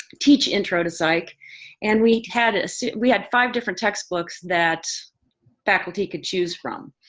teach intro to psych and we had ah so we had five different textbooks that faculty could choose from.